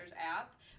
app